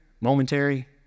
momentary